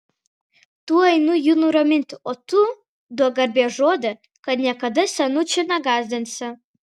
tuoj einu jų nuraminti o tu duok garbės žodį kad niekada senučių negąsdinsi